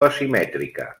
asimètrica